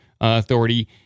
authority